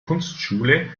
kunstschule